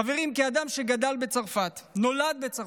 חברים, כאדם שגדל בצרפת, נולד בצרפת,